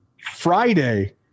Friday